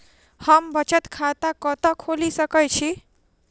हम बचत खाता कतऽ खोलि सकै छी?